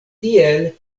tiel